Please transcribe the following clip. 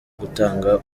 gutanga